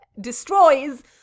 destroys